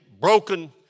broken